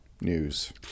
news